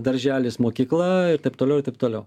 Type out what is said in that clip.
darželis mokykla ir taip toliau ir taip toliau